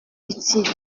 utile